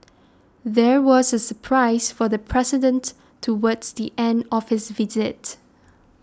there was a surprise for the president towards the end of his visit